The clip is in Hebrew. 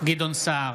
גדעון סער,